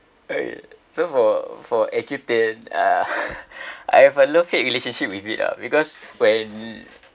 oh ya so for for accutane uh I have a love hate relationship with it ah because when